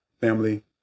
family